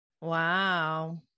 wow